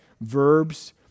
verbs